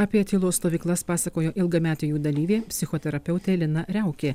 apie tylos stovyklas pasakojo ilgametė jų dalyvė psichoterapeutė lina riaukė